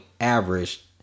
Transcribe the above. average